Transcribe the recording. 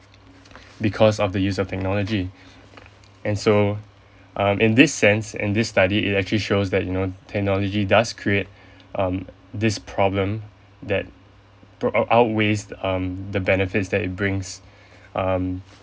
because of the use of technology and so um in this sense in this study it actually shows that you know technology does create um this problem that pr~ outweighs um the benefits that it brings um